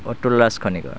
Atul Raj Khanikar